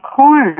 corn